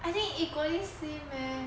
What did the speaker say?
I think equally same eh